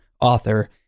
author